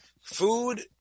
Food